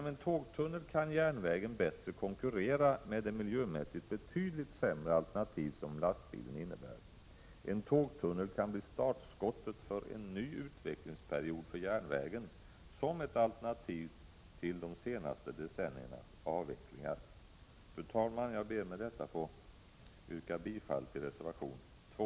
Om en tunnel byggs, kan järnvägen bättre konkurrera med lastbilstrafiken, som miljömässigt är ett betydligt sämre alternativ. En tågtunnel kan bli startskottet för en ny utvecklingsperiod för järnvägen, som ett alternativ till de senaste decenniernas avvecklingar. Fru talman! Med detta ber jag att få yrka bifall till reservation 2.